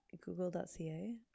google.ca